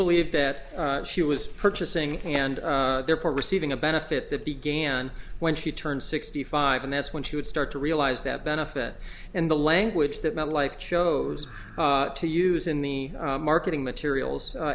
believed that she was purchasing and therefore receiving a benefit that began when she turned sixty five and that's when she would start to realize that benefit and the language that met life chose to use in the marketing materials